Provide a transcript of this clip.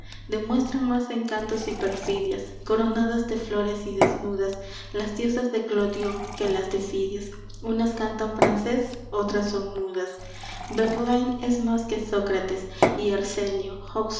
demuestran más encantos y perfidias coronadas de flores y desnudas las diosas de clodión que las de fidias unas cantan francés otras son mudas verlaine es más que sócrates y